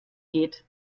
geht